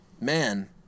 Man